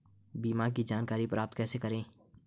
बीमा की जानकारी प्राप्त कैसे करें?